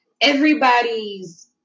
everybody's